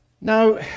Now